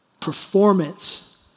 Performance